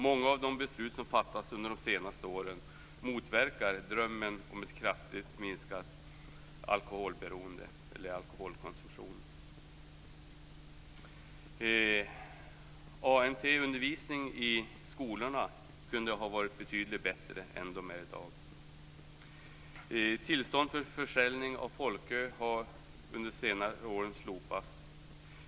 Många av de beslut som fattats under de senaste åren motverkar drömmen om ett kraftigt minskat alkoholberoende eller en kraftigt minskad alkoholkonsumtion. ANT-undervisningen i skolorna skulle kunna vara betydligt bättre än den är i dag. Tillstånd för försäljning av folköl har under senare år slopats.